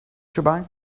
turbine